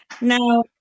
Now